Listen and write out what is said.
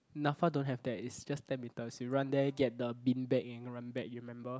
N_A_F_A don't have that it's just ten meters you run there get the beanbag and run back you remember